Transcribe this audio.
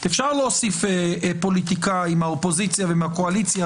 אפשר להוסיף פוליטיקאי מהאופוזיציה ומהקואליציה,